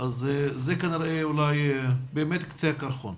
זה קצה הקרחון.